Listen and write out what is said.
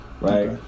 right